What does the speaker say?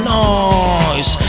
noise